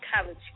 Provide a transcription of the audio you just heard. college